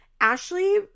Ashley